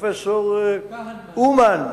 הפרופסור אומן.